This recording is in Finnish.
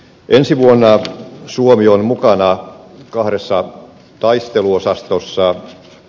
ensi vuonna suomi on mukana kahdessa taisteluosastossa